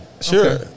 Sure